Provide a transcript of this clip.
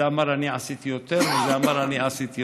זה אמר: אני עשיתי יותר, וזה אמר: אני עשיתי יותר,